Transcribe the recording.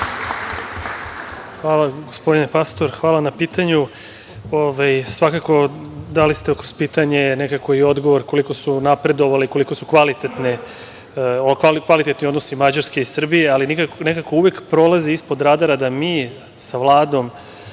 Hvala, gospodine Pastor. Hvala na pitanju. Svakako, dali ste kroz pitanje nekako i odgovor koliko su napredovali i koliko su kvalitetni odnosi Mađarske i Srbije, ali nekako uvek prolazi ispod radara da mi sa Vladom